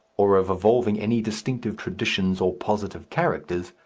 or of evolving any distinctive traditions or positive characters,